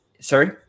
sorry